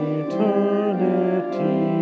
eternity